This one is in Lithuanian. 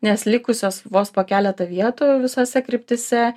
nes likusios vos po keletą vietų visose kryptyse